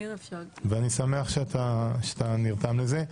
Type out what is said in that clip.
ואני שמח שאתה נרתם לזה.